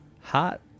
Hot